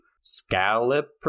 scallop